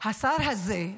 כי השר הזה,